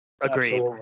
Agreed